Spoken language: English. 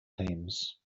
teams